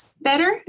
better